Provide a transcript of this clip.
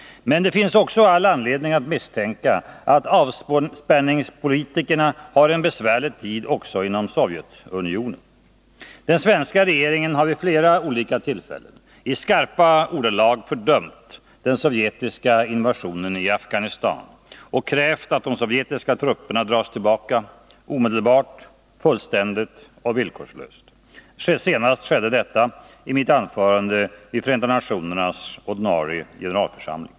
Men det finns all anledning att misstänka att avspänningspolitikerna har en besvärlig tid också inom Sovjetunionen. Den svenska regeringen har vid flera olika tillfällen i skarpa ordalag fördömt den sovjetiska invasionen i Afghanistan och krävt att de sovjetiska trupperna dras tillbaka omedelbart. fullständigt och villkorslöst. Senast skedde detta i mitt anförande vid Förenta nationernas ordinarie generalförsamling.